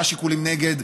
מה השיקולים נגד?